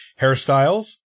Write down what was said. Hairstyles